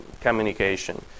communication